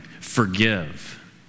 forgive